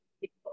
people